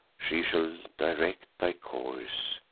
she shall direct thy course,